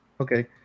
Okay